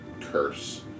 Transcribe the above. curse